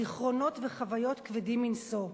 זיכרונות וחוויות כבדים מנשוא.